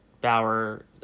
Bauer